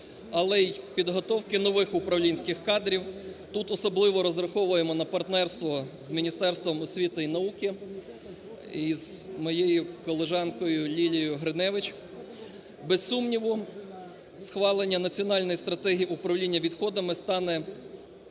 але і підготовки нових управлінських кадрів. Тут особливо розраховуємо на партнерство з Міністерством освіти і науки і з моєю колежанкою Лілією Гриневич. Без сумніву, схвалення Національної стратегії управління відходами стане